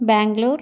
Bangalore